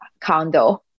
condo